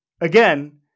again